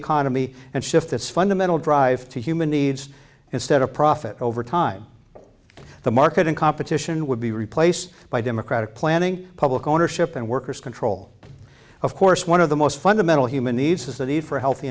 economy and shift its fundamental drive to human needs instead of profit over time the market in competition would be replaced by democratic planning public ownership and workers control of course one of the most fundamental human needs is the need for a healthy